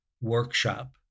workshop